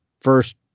first